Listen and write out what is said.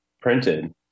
printed